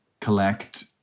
collect